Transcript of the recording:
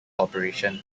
operation